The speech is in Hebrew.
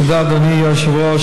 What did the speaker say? תודה, אדוני היושב-ראש.